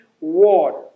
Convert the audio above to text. water